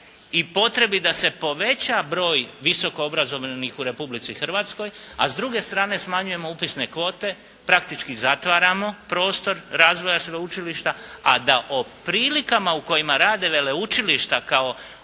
i potrebi da se poveća broj visokoobrazovanih u Republici Hrvatskoj, a s druge strane smanjujemo upisne kvote, praktički zatvaramo prostor razvoja sveučilišta, a da o prilikama u kojima rade veleučilišta kao